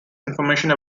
information